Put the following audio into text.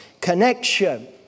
Connection